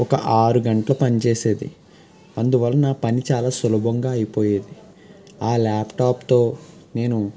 ఒక ఆరు గంటలు పనిచేసేది అందువల్ల నా పని చాలా సులభంగా అయిపోయేది ఆ ల్యాప్టాప్తో నేను